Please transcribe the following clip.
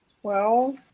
Twelve